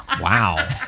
Wow